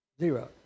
Zero